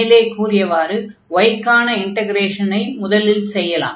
மேலே கூறியவாறு y க்கான இன்டக்ரேஷனை முதலில் செய்யலாம்